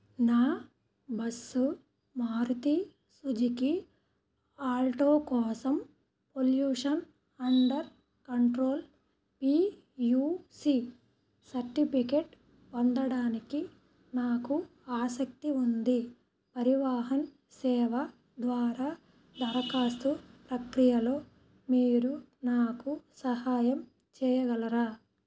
నా bus Maruti Suzuki Alto కోసం pollution under control P U C certificate పొందడానికి నాకు ఆసక్తి ఉంది పరివాహన్ సేవ ద్వారా దరఖాస్తు ప్రక్రియలో మీరు నాకు సహాయం చేయగలరా